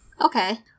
Okay